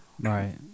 right